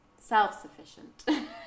Self-sufficient